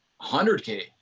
100k